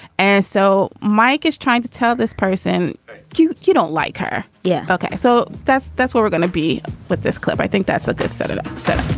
and so mike is trying to tell this person who you don't like her. yeah. ok. so that's that's what we're gonna be with this clip. i think that's what the senator said